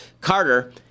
Carter